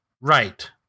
Right